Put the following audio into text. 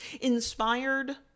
inspired